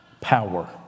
power